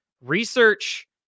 Research